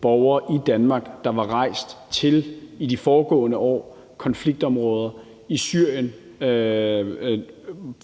borgere i Danmark, der i de foregående år var rejst til konfliktområder i Syrien